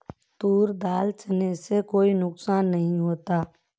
तूर दाल खाने से कोई नुकसान नहीं होता